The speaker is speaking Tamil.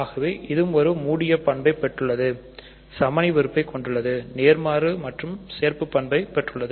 எனவே இதுவும் ஒரு மூடிய பண்புகளைப் பெற்றுள்ளது சமணி உறுப்பை கொண்டுள்ளது நேர்மாறு மற்றும் சேர்ப்புப் பண்பை பெற்றுள்ளது